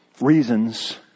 reasons